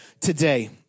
today